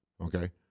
okay